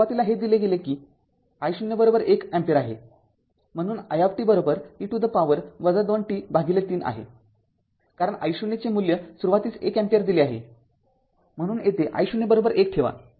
सुरुवातीला हे दिले गेले की I0१ अँपिअर आहे म्हणून i e to the power २t३ आहे कारण I0 चे मूल्य सुरुवातीस १ अँपिअर दिले आहे म्हणून येथे I0१ ठेवा